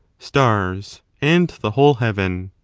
stars and the whole heaven.